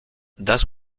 das